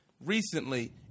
recently